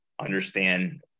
understand